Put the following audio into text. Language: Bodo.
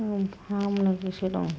जों फाहामनो गोसो दं